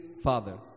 Father